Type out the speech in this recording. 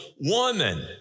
woman